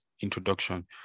introduction